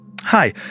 Hi